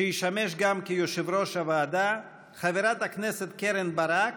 שישמש גם יושב-ראש הוועדה, חברת הכנסת קרן ברק